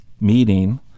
meeting